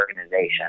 organization